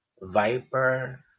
viper